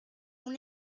una